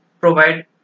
provide